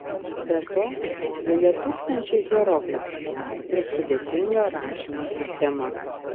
be to joje tūkstančiai hieroglifų ir sudėtinga rašymo sistema